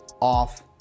off